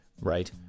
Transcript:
right